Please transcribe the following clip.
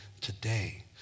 today